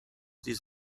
sie